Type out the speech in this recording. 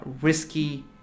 risky